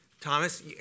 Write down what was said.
Thomas